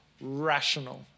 rational